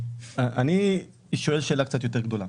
אני שואל שאלה קצת יותר גדולה,